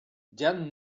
jan